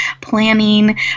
planning